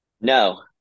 no